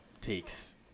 takes